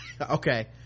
okay